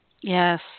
Yes